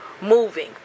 moving